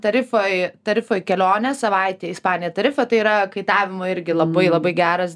tarifoj tarifoj kelionę savaitę į ispaniją tarifą tai yra kaitavimo irgi labai labai geras